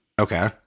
Okay